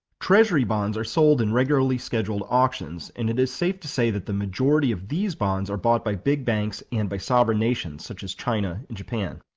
treasury bonds are sold in regularly scheduled auctions and it is safe to say that the majority of these bonds are bought by big banks and by sovereign nations such as china and japan.